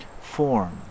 form